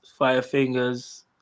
Firefingers